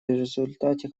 результате